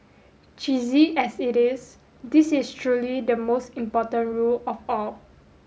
cheesy as it is this is truly the most important rule of all